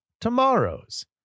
tomorrow's